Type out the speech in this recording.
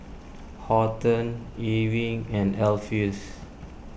Horton Ewing and Alpheus